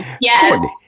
yes